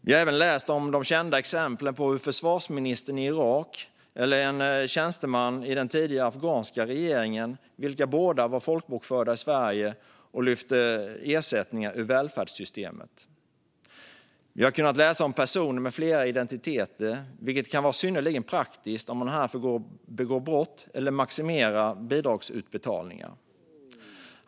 Vi har även läst om de kända exemplen med försvarsministern i Irak eller en tjänsteman i den tidigare afghanska regeringen som båda var folkbokförda i Sverige och lyfte ersättningar ur välfärdssystemet. Vi har kunnat läsa om personer med flera identiteter, vilket kan vara synnerligen praktiskt om man är här för att begå brott eller maximera bidragsutbetalningar.